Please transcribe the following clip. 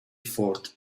effort